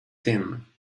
team